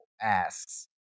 asks